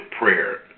prayer